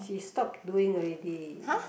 she stopped doing already